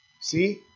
See